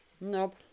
Nope